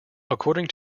according